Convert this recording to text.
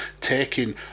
taking